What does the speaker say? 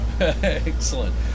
Excellent